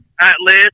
atlas